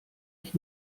ich